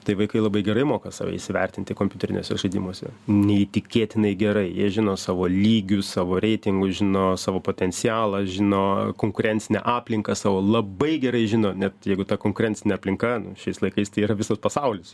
tai vaikai labai gerai moka save įsivertinti kompiuteriniuose žaidimuose neįtikėtinai gerai jie žino savo lygius savo reitingus žino savo potencialą žinojo konkurencinę aplinką savo labai gerai žino net jeigu ta konkurencinė aplinka nu šiais laikais tėra visas pasaulis